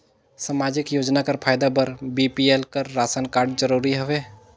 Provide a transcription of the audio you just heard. समाजिक योजना कर फायदा बर बी.पी.एल कर राशन कारड जरूरी हवे?